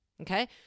Okay